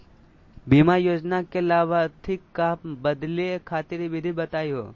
बीमा योजना के लाभार्थी क बदले खातिर विधि बताही हो?